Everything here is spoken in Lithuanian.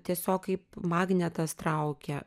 tiesiog kaip magnetas traukia